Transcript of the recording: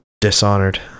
dishonored